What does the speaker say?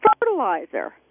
fertilizer